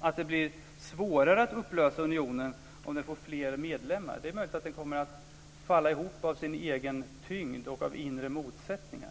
att det blir svårare att upplösa unionen om den får fler medlemmar. Det är möjligt att den kommer att falla ihop av sin egen tyngd och av inre motsättningar.